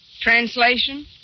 Translation